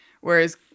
Whereas